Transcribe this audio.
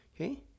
Okay